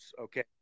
Okay